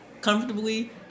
Comfortably